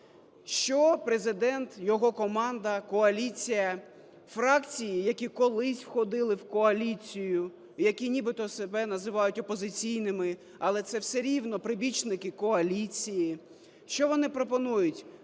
Що Президент, його команда, коаліція, фракції, які колись входили в коаліцію, які нібито себе називають опозиційними, але це все рівно прибічники коаліції, що вони пропонують